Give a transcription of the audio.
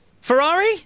Ferrari